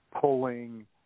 pulling